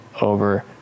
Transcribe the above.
over